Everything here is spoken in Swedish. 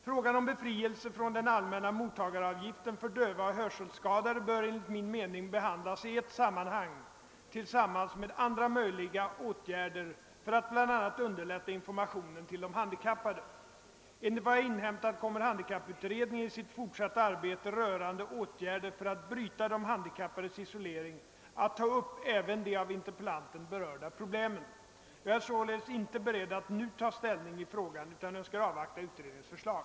Frågan om befrielse från den allmänna mottagaravgiften för döva och hörselskadade bör enligt min mening behandlas i ett sammanhang tillsammans med andra möjliga åtgärder för att bl.a. underlätta informationen till de handikappade. Enligt vad jag inhämtat kommer handikapputredningen i sitt fortsatta arbete rörande åtgärder för att bryta de handikappades isolering att ta upp även de av interpellanten berörda problemen. Jag är således inte beredd att nu ta ställning i frågan utan önskar avvakta utredningens förslag.